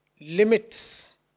limits